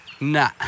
Nah